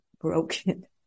broken